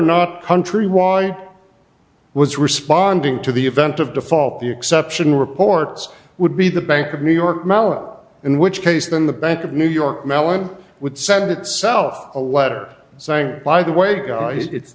not countrywide was responding to the event of default the exception reports would be the bank of new york mellon in which case then the bank of new york mellon would send itself a letter saying by the way it's